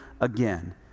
again